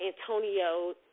Antonio